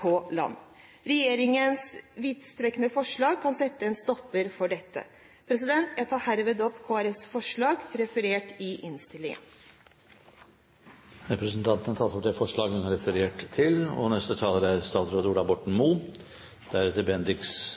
på land. Regjeringens vidtrekkende forslag kan sette en stopper for dette. Jeg tar herved opp Kristelig Folkepartis forslag, referert i innstillingen. Representanten Line Henriette Hjemdal har tatt opp det forslaget hun refererte til.